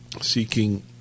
seeking